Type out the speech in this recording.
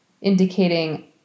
indicating